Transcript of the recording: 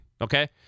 okay